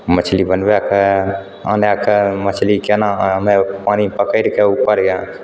मछली बनबैके आनैके मछली केना आनब पानि पकड़िके ऊपर या